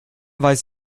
weiß